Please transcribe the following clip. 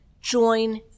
join